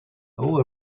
owe